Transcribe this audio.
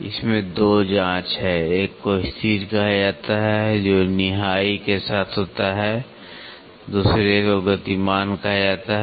इसमें 2 जांच हैं एक को स्थिर कहा जाता है जो निहाई के साथ होता है दूसरे को गतिमान कहा जाता है